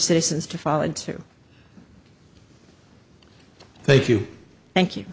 citizens to fall into thank you thank you